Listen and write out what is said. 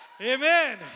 amen